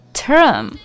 term